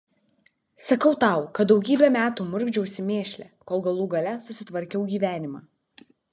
sakau tau kad daugybę metų murkdžiausi mėšle kol galų gale susitvarkiau gyvenimą